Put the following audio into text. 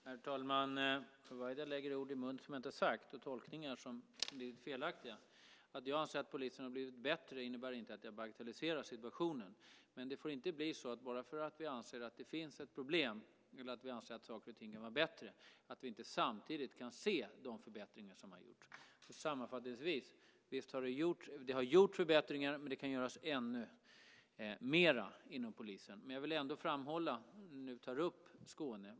Herr talman! Yvonne Ruwaida lägger ord i min mun som jag inte har sagt och gör tolkningar som är felaktiga. Att jag anser att polisen har blivit bättre innebär inte att jag bagatelliserar situationen. Det får inte bli så att vi bara för att vi anser att det finns ett problem eller att saker och ting kan bli bättre inte samtidigt kan se de förbättringar som har gjorts. Sammanfattningsvis har det gjorts förbättringar inom polisen, men det kan göras mer. Jag vill ändå framhålla vad som hände i Skåne, när du nu tar upp det.